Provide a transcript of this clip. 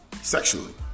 sexually